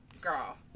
Girl